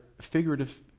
figurative